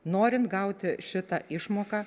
norint gauti šitą išmoką